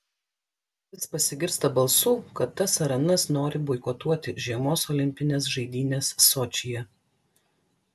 vis pasigirsta balsų kad tas ar anas nori boikotuoti žiemos olimpines žaidynes sočyje